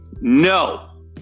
No